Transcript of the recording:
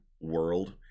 world